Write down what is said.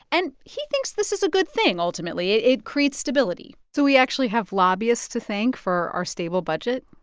and he thinks this is a good thing ultimately. it it creates stability so we actually have lobbyists to thank for our stable budget?